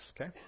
okay